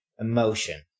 emotion